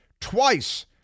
twice